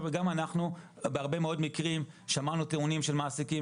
גם אנחנו בהרבה מאוד מקרים שמענו טיעונים של מעסיקים